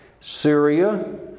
Syria